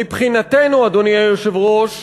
מבחינתנו, אדוני היושב-ראש,